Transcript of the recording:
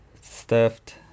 stuffed